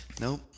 Nope